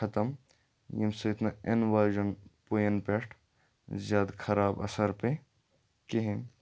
ختم ییٚمہِ سۭتۍ نہٕ یِن واجین پُیَن پٮ۪ٹھ زیادٕ خراب اَثر پے کِہیٖنۍ